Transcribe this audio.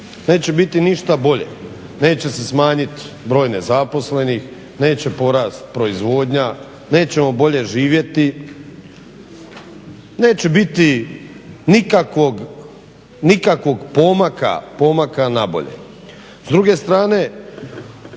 neće biti ništa bolje. Neće se smanjiti broj nezaposlenih, neće porasti proizvodnja, nećemo bolje živjeti, neće biti nikakvog pomaka na bolje.